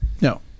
no